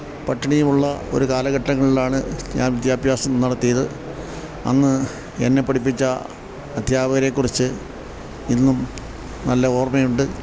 പട്ടിണിയുമുള്ളൊരു കാലഘട്ടങ്ങളിലാണ് ഞാൻ വിദ്യാഭ്യാസം നടത്തിയത് അന്ന് എന്നെ പഠിപ്പിച്ച അധ്യാപകരെക്കുറിച്ച് ഇന്നും നല്ല ഓർമ്മയുണ്ട്